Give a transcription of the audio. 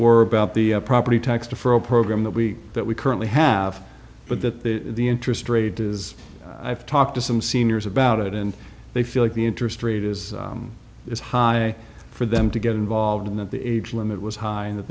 were about the property tax deferral program that we that we currently have but that the interest rate is i've talked to some seniors about it and they feel like the interest rate is is high for them to get involved in that the age limit was high in that